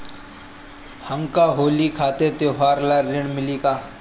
हमके होली खातिर त्योहार ला ऋण मिली का?